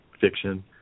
fiction